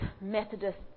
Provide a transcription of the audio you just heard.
Methodist